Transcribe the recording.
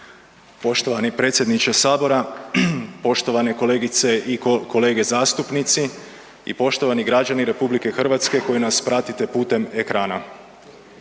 Poštovani predsjedniče sabora, poštovane kolegice i kolege zastupnici i poštovani građani RH koji nas pratite putem ekrana.